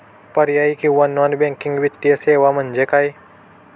पर्यायी किंवा non banking वित्तीय सेवा म्हणजे काय?